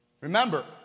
Remember